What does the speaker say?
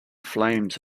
flames